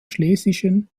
schlesischen